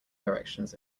directions